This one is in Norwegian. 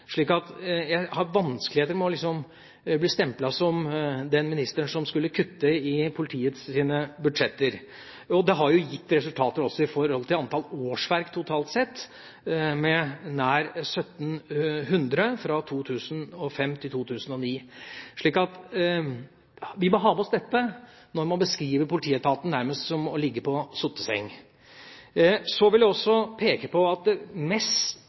jeg har vanskeligheter med å bli stemplet som den ministeren som skulle kutte i politiets budsjetter. Det har også gitt resultater i forhold til antall årsverk totalt sett, med nær 1 700 fra 2005 til 2009. Man bør ha med seg dette når man beskriver det som om politietaten nærmest ligger på sotteseng. Så vil jeg også peke på at